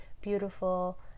beautiful